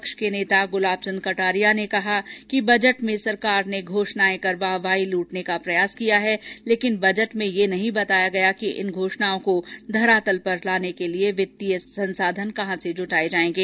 दूसरी ओर प्रतिपक्ष के नेता गुलाब चंद कटारिया ने कहा कि बजट में सरकार ने घोषणाएं कर वाहवाही लूटने का प्रयास किया है लेकिन बजट में यह नही बताया गया कि इन घोषणाओं को धरातल पर लाने के लिए वित्तीय संसाधन कहाँ से जुटाए जाएंगे